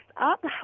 up